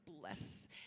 bless